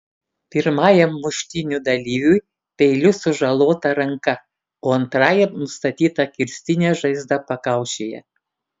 pirmajam muštynių dalyviui peiliu sužalota ranka o antrajam nustatyta kirstinė žaizda pakaušyje